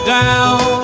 down